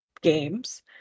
games